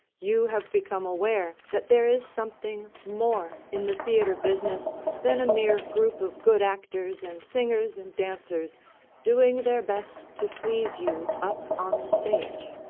you have become aware that there is something more in the theatre business than a mere group of good actors and singers and dancers doing their best to please you up on the stage.